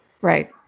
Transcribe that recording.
Right